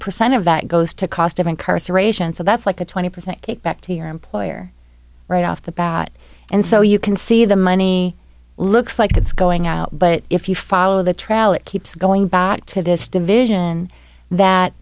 percent of that goes to cost of incarceration so that's like a twenty percent kick back to your employer right off the bat and so you can see the money looks like it's going out but if you follow the trial it keeps going back to this division that